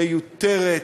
מיותרת,